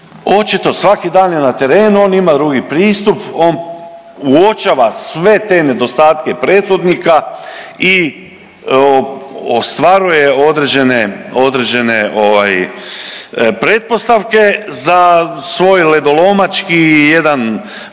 očito svaki dan je na terenu, on ima drugi pristup, on uočava sve te nedostatke prethodnika i ostvaruje određene pretpostavke za svoj ledolomački jedan